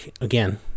again